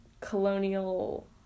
colonial